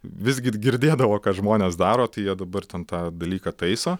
vis gir girdėdavo kad žmonės daro tai jie dabar ten tą dalyką taiso